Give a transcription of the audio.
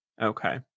Okay